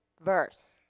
verse